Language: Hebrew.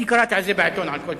אני קראתי על זה בעיתון, על כל פנים.